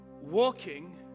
Walking